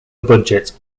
budget